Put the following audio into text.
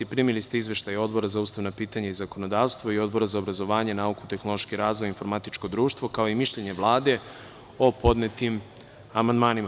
Primili ste izveštaje Obora za ustavna pitanja i zakonodavstvo i Odbora za obrazovanje, nauku, tehnološki razvoj i informatičko društvo, kao i mišljenje Vlade o podnetim amandmanima.